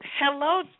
Hello